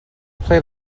play